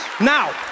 Now